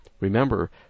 Remember